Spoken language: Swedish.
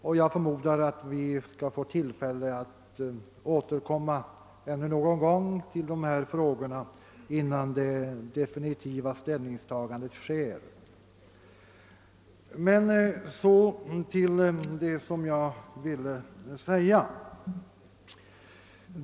Vi får därför förmodligen tillfälle att återkomma till denna fråga innan det definitiva ställningstagandet sker.